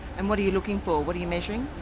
and what are you looking for, what are you measuring?